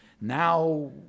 now